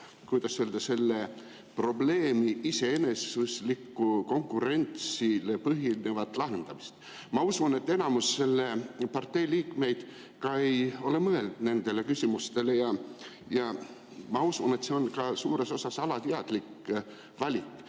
kuidas öelda, probleemi iseeneslikku, konkurentsil põhinevat lahendamist –, siis ma usun, et enamik selle partei liikmeid ei ole mõelnud nendele küsimustele. Ma usun, et see on suures osas alateadlik valik.